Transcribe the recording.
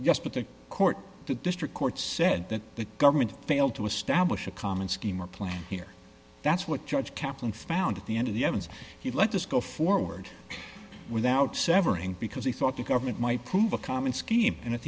yes but the court the district court said that the government failed to establish a common scheme or plan here that's what judge kaplan found at the end of the evans he let this go forward without severing because he thought the government might prove a common scheme and at